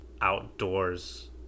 outdoors